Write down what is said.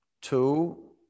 two